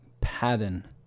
pattern